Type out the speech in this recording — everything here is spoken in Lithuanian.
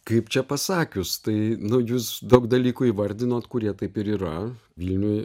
kaip čia pasakius tai nu jūs daug dalykų įvardinot kurie taip ir yra vilniuj